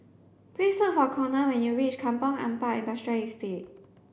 please look for Conner when you reach Kampong Ampat Industrial Estate